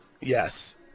Yes